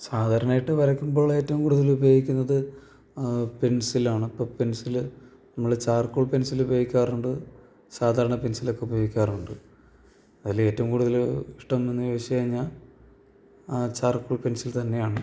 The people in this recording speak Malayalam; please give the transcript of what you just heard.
സാധാരണയായിട്ട് വരയ്ക്കുമ്പോൾ ഏറ്റവും കൂടുതലുപയോഗിക്കുന്നത് പെൻസിലാണപ്പോള് പെൻസില് നമ്മള് ചാർക്കോൾ പെൻസിലുപയോഗിക്കാറുണ്ട് സാധാരണ പെൻസിലൊക്കെ ഉപയോഗിക്കാറുണ്ട് അതിലേറ്റവും കൂടുതല് ഇഷ്ടം എന്ന് ചോദിച്ചുകഴിഞ്ഞാല് ചാർക്കോൾ പെൻസിൽ തന്നെ ആണ്